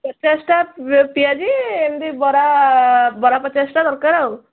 ପଚାଶଟା ପିଆଜି ଏମିତି ବରା ବରା ପଚାଶଟା ଦରକାର ଆଉ